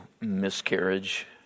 miscarriage